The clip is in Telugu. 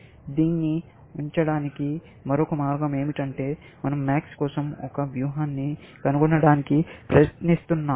దీన్ని ఉంచడానికి మరొక మార్గం ఏమిటంటే మనం MAX కోసం ఒక వ్యూహాన్ని కనుగొనడానికి ప్రయత్నిస్తున్నాము